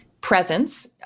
Presence